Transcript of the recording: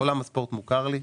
עולם הספורט מוכר לי.